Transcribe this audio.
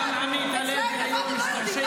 למה אסור